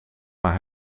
maar